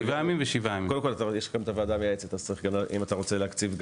יש גם את הוועדה המייעצת ואם אתה רוצה להקציב,